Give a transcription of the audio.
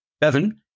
Bevan